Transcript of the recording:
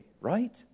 right